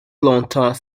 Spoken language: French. longtemps